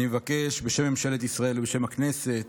בשם ממשלת ישראל, בשם הכנסת